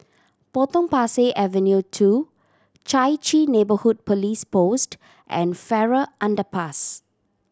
Potong Pasir Avenue Two Chai Chee Neighbourhood Police Post and Farrer Underpass